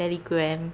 telegram